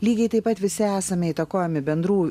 lygiai taip pat visi esame įtakojami bendrų